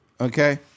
Okay